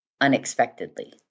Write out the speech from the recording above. unexpectedly